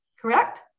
Correct